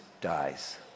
dies